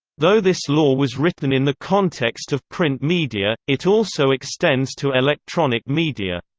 though this law was written in the context of print media, it also extends to electronic media.